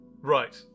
Right